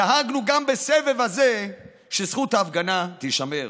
דאגנו גם בסבב הזה שזכות ההפגנה תישמר".